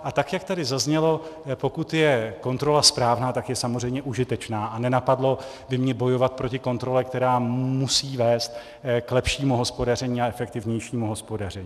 A tak jak tady zaznělo, pokud je kontrola správná, tak je samozřejmě užitečná a nenapadlo by mě bojovat proti kontrole, která musí vést k lepšímu hospodaření a efektivnějšímu hospodaření.